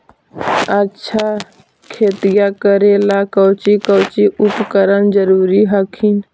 अच्छा खेतिया करे ला कौची कौची उपकरण जरूरी हखिन?